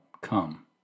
come